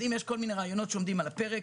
אם יש כל מיני רעיונות שעומדים על הפרק,